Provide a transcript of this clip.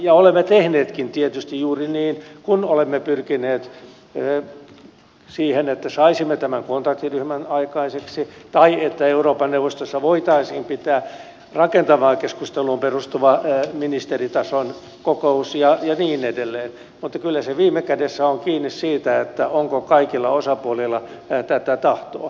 ja olemme tehneetkin tietysti juuri niin kun olemme pyrkineet siihen että saisimme tämän kontaktiryhmän aikaiseksi tai että euroopan neuvostossa voitaisiin pitää rakentavaan keskusteluun perustuva ministeritason kokous ja niin edelleen mutta kyllä se viime kädessä on kiinni siitä onko kaikilla osapuolilla tätä tahtoa